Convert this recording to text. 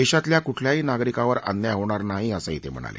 देशातल्या कुठल्याही नागरिकावर अन्याय होणार नाही असं ते म्हणाले